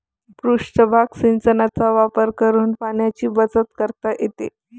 पृष्ठभाग सिंचनाचा वापर करून पाण्याची बचत करता येते